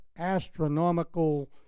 Astronomical